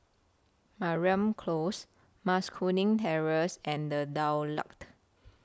Mariam Close Mas Kuning Terrace and The Daulat